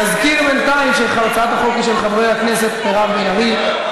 להזכיר בינתיים שהצעת החוק היא של חברי הכנסת מירב בן ארי,